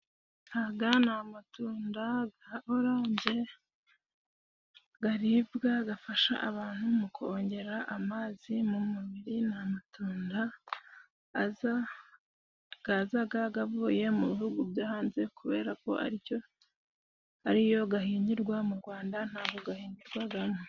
Aga ni amatunda ga oranje garibwa gafasha abantu mukongera amazi mu mubiri .Ni amatunda aza gaza gavuye mu bihugu byo hanze kubera ko ariyo gahingirwa mu Rwanda ntago gahingwagamo.